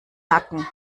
nacken